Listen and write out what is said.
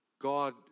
God